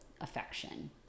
affection